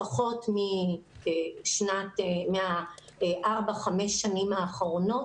לפחות בארבע-חמש השנים האחרונות,